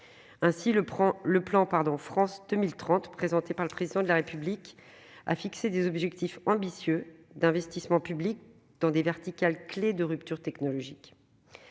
Ainsi, le plan France 2030, présenté par le Président de la République, a fixé des objectifs ambitieux d'investissement public dans des verticales clefs de rupture technologique.